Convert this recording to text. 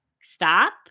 stop